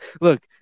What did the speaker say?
look